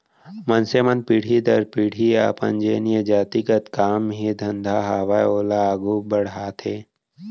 मनसे मन पीढ़ी दर पीढ़ी अपन जेन ये जाति गत काम हे धंधा हावय ओला आघू बड़हाथे